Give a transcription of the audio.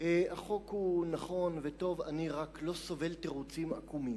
החוק נכון וטוב, אני רק לא סובל תירוצים עקומים.